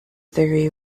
theory